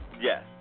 Yes